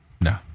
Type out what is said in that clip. no